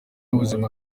ubuzima